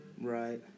Right